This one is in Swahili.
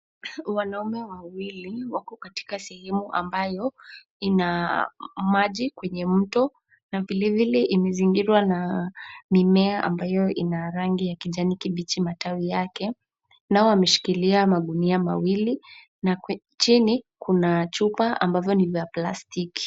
Wanaume wawili wako katika sehemu ambayo ina maji kwenye mto, na vilevile imezingirwa na mimea ambayo ina rangi ya kijani kibichi, matawi yake .Nao wameshikilia magunia mawili, na chini kuna chupa ambavyo ni vya plastiki.